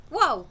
Whoa